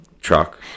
truck